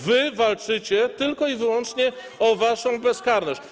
Wy walczycie tylko i wyłącznie o waszą bezkarność.